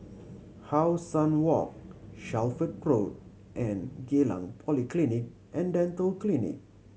How Sun Walk Shelford Road and Geylang Polyclinic And Dental Clinic